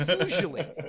usually